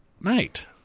night